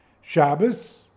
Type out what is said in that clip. shabbos